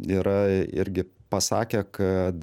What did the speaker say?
yra irgi pasakę kad